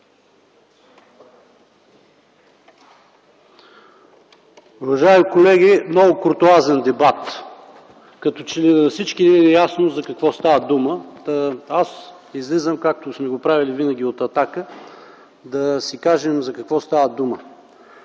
Уважаеми колеги! Много куртоазен дебат, като че ли на всички не ни е ясно за какво става дума. Аз излизам, както сме го правили винаги от „Атака”, да си кажем за какво става дума.